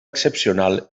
excepcional